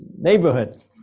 neighborhood